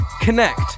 connect